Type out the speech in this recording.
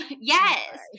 yes